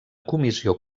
comissió